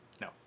No